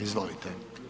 Izvolite.